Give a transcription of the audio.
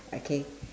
okay